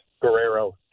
Guerrero